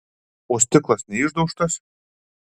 o stiklas neišdaužtas